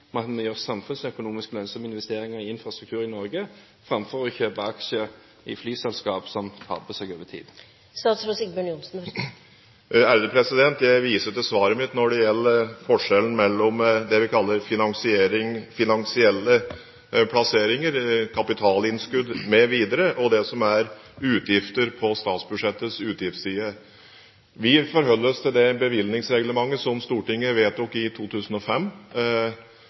investeringer i infrastruktur i Norge framfor å kjøpe aksjer i flyselskap, som taper seg over tid? Jeg viser til svaret mitt når det gjelder forskjellen mellom det vi kaller finansielle plasseringer, kapitalinnskudd mv., og det som er utgifter på statsbudsjettets utgiftsside. Vi forholder oss til det bevilgningsreglementet som Stortinget vedtok i 2005,